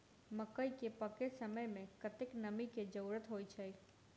मकई केँ पकै समय मे कतेक नमी केँ जरूरत होइ छै?